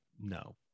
no